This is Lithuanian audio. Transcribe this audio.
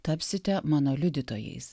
tapsite mano liudytojais